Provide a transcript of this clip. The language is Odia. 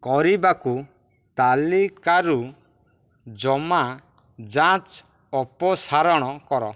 କରିବାକୁ ତାଲିକାରୁ ଜମା ଯାଞ୍ଚ ଅପସାରଣ କର